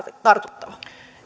tartuttava